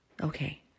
Okay